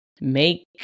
Make